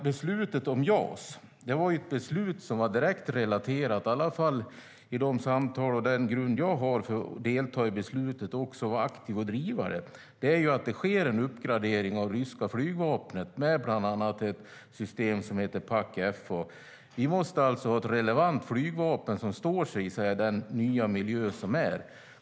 Beslutet om JAS var ett beslut som var direkt relaterat till - i alla fall i de samtal som jag har som grund för att delta i beslutet och vara aktiv i att driva det - att det sker en uppgradering av det ryska flygvapnet med bland annat ett system som heter PAK-FA. Vi måste med andra ord ha ett relevant flygvapen som står sig i den nya miljön.